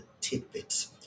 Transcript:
tidbits